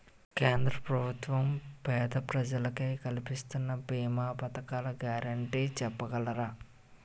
కేంద్ర ప్రభుత్వం పేద ప్రజలకై కలిపిస్తున్న భీమా పథకాల గ్యారంటీ చెప్పగలరా?